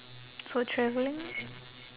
so travelling